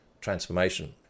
transformation